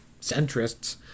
centrists